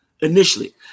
initially